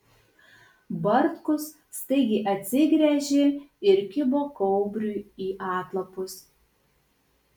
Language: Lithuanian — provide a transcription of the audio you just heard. bartkus staigiai atsigręžė ir kibo kaubriui į atlapus